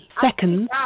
seconds